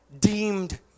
deemed